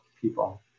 people